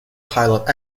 pilot